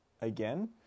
again